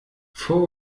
vor